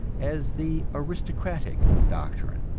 as the aristocratic doctrine.